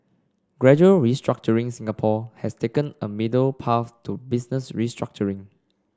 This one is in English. gradual restructuring Singapore has taken a middle path to business restructuring